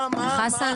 זה נכון.